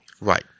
Right